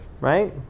right